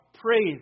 Praise